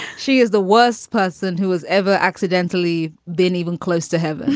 she is the worst person who has ever accidentally been even close to have. and